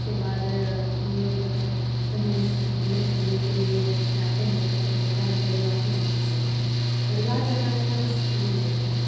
उसके बाद हम लोग कहीं घूमने फिरने के लिए जाते हैं तो होता है परिवार के साथ चले परिवार जहाँ रहता है वहाँ सुकून मिलता है